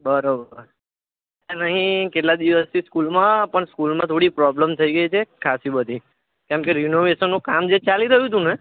બરોબર નહીં કેટલા દિવસથી સ્કૂલમાં પણ સ્કૂલમાં થોડી પ્રોબલમ થઈ ગઈ છે ખાસ્સી બધી કેમકે રીનોવેશનનું કામ જે ચાલી રહ્યું હતું ને